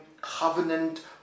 covenant